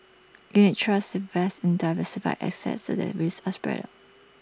unit trusts invest in diversified assets so that risks are spread out